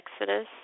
Exodus